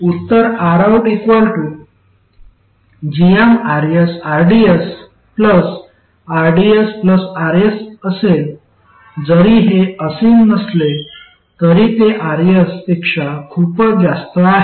उत्तर Rout gmRsrds rds Rs असेल जरी हे असीम नसले तरी ते Rs पेक्षा खूप जास्त आहे